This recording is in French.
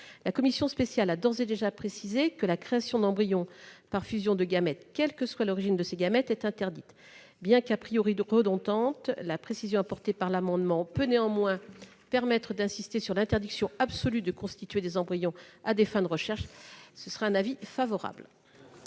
La commission spéciale a d'ores et déjà précisé que la création d'embryons par fusion de gamètes, quelle que soit l'origine de ces derniers, est interdite. Bien qu'elle soit redondante, la précision apportée par l'amendement peut néanmoins permettre d'insister sur l'interdiction absolue de constituer des embryons à des fins de recherche. C'est la raison